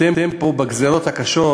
אתם בגזירות הקשות